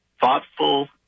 thoughtful